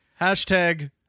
Hashtag